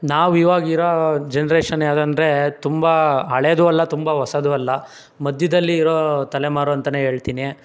ನಾವು ಇವಾಗ ಇರೋ ಜನ್ರೇಷನ್ ಯಾವ್ದು ಅಂದರೆ ತುಂಬ ಹಳೆಯದೂ ಅಲ್ಲ ತುಂಬ ಹೊಸದೂ ಅಲ್ಲ ಮಧ್ಯದಲ್ಲಿ ಇರೋ ತಲೆಮಾರು ಅಂತನೇ ಹೇಳ್ತೀನಿ